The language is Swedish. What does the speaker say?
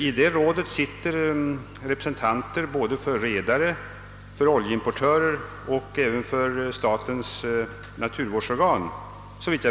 I detta råd sitter företrädare för redare, för oljeimportörer och även för statens naturvårdsorgan.